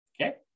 Okay